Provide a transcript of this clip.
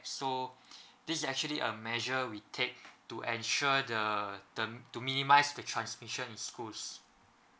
so this actually a measure we take to ensure the term~ to minimise the transmission in schools